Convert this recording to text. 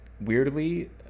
Weirdly